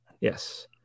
Yes